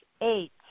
eight